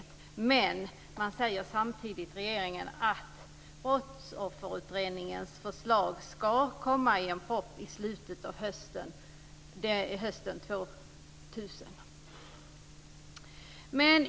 Regeringen säger samtidigt att Brottsofferutredningens förslag ska komma i en proposition i slutet av hösten 2000.